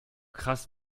krass